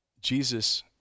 Jesus